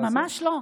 לא, ממש לא.